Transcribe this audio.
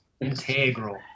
integral